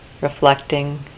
reflecting